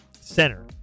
center